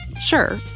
sure